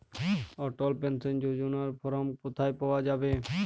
অটল pension যোজনার form কোথায় পাওয়া যাবে?